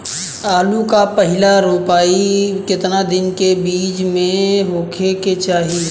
आलू क पहिला रोपाई केतना दिन के बिच में होखे के चाही?